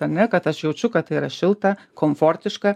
ar ne kad aš jaučiu kad tai yra šilta komfortiška